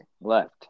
left